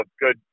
good